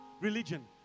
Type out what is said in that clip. religion